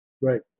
right